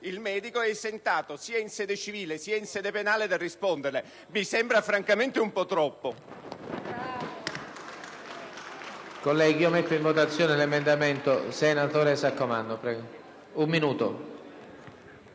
il medico è esentato sia in sede civile sia in sede penale dal risponderne. Mi sembra francamente un po' troppo!